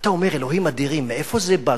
ואתה אומר: אלוהים אדירים, מאיפה זה בא?